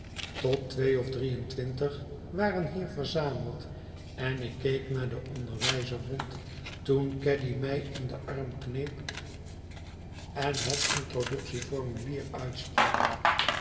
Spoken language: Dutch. twee of drie en twintig waren hier verzameld en ik keek naar den onderwijzer rond toen gaddy mij in den arm kneep en het introductieformulier uitsprak